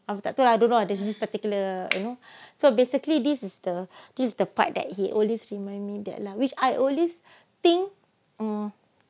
ah tak tahu lah don't know lah there's this particular you know so basically this is the this is the part that he always remind me that lah which I always think oh